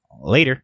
later